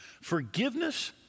Forgiveness